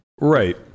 right